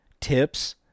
tips